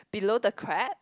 below the crab